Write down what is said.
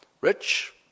rich